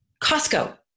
Costco